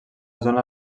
zona